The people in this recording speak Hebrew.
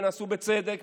ונעשו בצדק,